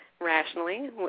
rationally